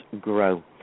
grow